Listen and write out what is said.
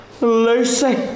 Lucy